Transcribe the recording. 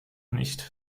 nicht